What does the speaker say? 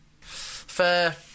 fair